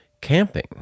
camping